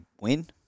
win